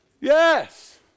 Yes